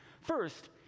First